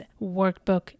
workbook